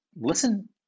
listen